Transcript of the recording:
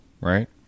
Right